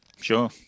Sure